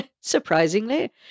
surprisingly